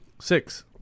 Six